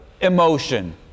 emotion